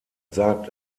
sagt